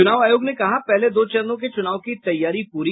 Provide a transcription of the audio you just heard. चुनाव आयोग ने कहा पहले दो चरणों के चुनाव की तैयारी पूरी